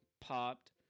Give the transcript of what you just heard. popped